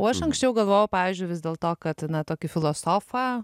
o aš anksčiau galvojau pavyzdžiui vis dėl to kad na tokį filosofą